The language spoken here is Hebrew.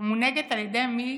שמונהגת על ידי מי